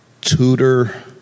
tutor